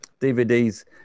DVDs